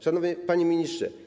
Szanowny Panie Ministrze!